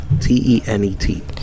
T-E-N-E-T